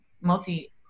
multi-